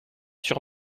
sur